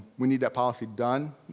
we need that policy done.